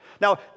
Now